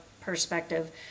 perspective